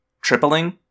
tripling